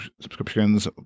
subscriptions